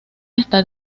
está